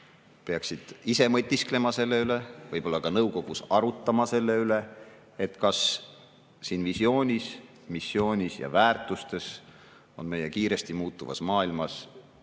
peaksid mõtisklema selle üle, võib-olla ka nõukogus arutama selle üle, kas siin visioonis, missioonis ja neis väärtustes on meie kiiresti muutuvas maailmas